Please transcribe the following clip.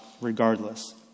regardless